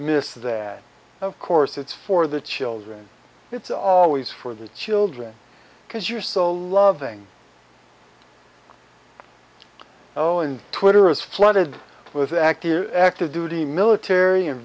missed that of course it's for the children it's always for the children because you're so loving oh and twitter is flooded with active active duty military and